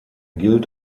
gilt